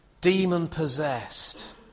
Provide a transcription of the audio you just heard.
demon-possessed